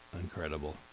Incredible